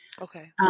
Okay